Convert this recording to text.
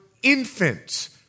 Infants